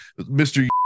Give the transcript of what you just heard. Mr